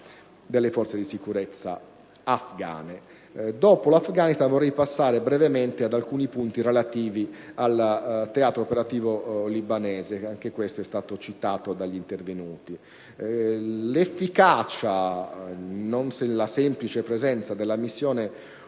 delle forze di sicurezza afgane. Dopo l'Afghanistan vorrei passare brevemente ad alcuni punti relativi al teatro operativo libanese, che è stato citato dagli intervenuti. L'efficacia, e non la semplice presenza, della missione